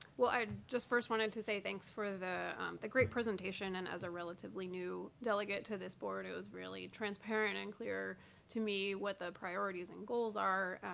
well, i just first wanted and to say thanks for the the great presentation. and as a relatively new delegate to this board, it was really transparent and clear to me what the priorities and goals are.